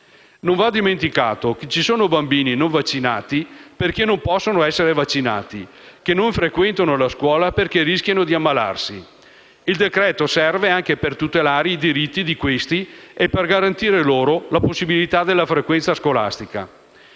Non va dimenticato che ci sono bambini non vaccinati perché non possono essere vaccinati e che non frequentano la scuola perché rischiano di ammalarsi. Il decreto-legge serve anche per tutelare i diritti di questi e per garantire loro la possibilità della frequenza scolastica.